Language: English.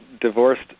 divorced